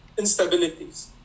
instabilities